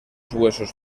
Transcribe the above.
huesos